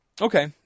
Okay